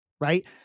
right